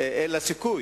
אין לה סיכוי,